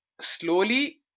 slowly